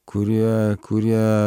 kurie kurie